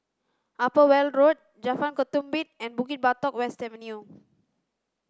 Upper Weld Road Jalan Ketumbit and Bukit Batok West Avenue